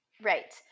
Right